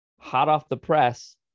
hot-off-the-press